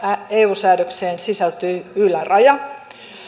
eu säädökseen sisältyy yläraja